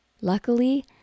Luckily